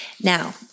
now